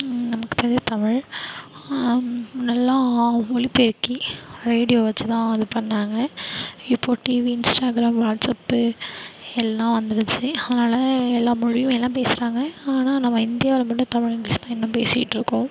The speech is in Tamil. நமக்கு தெரிஞ்சது தமிழ் முன்னெல்லாம் ஒலிப்பெருக்கி ரேடியோ வெச்சுதான் இது பண்ணிணாங்க இப்போது டிவி இன்ஸ்டாகிராம் வாட்ஸ்அப்பு எல்லாம் வந்துடுச்சு ஆனால் எல்லா மொழியும் எல்லாம் பேசுறாங்க ஆனால் நம்ம இந்தியாவில் மட்டும் தமிழ் இங்கிலீஷ் தான் இன்னும் பேசிகிட்ருக்கோம்